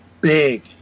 Big